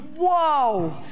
whoa